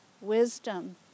wisdom